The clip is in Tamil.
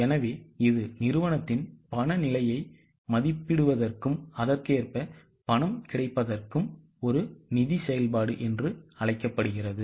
எனவே இது நிறுவனத்தின் பண நிலையை மதிப்பிடுவதற்கும் அதற்கேற்ப பணம் கிடைப்பதற்கும் ஒரு நிதி செயல்பாடு என்று அழைக்கப்படுகிறது